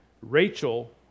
Rachel